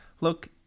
Look